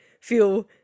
feel